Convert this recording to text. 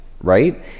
right